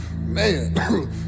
Man